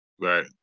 right